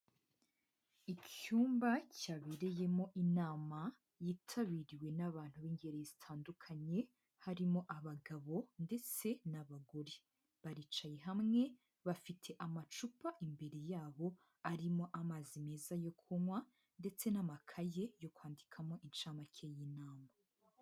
Icyumba cyabereyemo inama yitabiriwe n'abantu b'ingeri zitandukanye harimo abagabo ndetse n'abagore, baricaye hamwe bafite amacupa imbere yabo arimo amazi meza yo kunywa ndetse n'amakaye yo kwandikamo inshamake y'inama.